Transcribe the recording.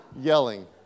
yelling